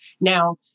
Now